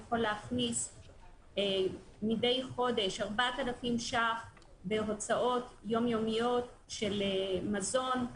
יכול להכניס מדי חודש 4,000 ₪ בהוצאות יום-יומיות של מזון,